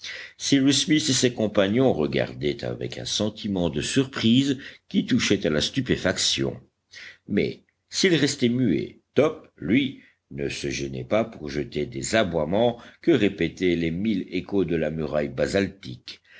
cyrus smith et ses compagnons regardaient avec un sentiment de surprise qui touchait à la stupéfaction mais s'ils restaient muets top lui ne se gênait pas pour jeter des aboiements que répétaient les mille échos de la muraille basaltique